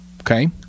Okay